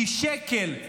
כי שקל,